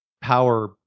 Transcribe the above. power